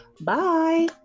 bye